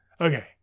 okay